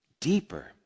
deeper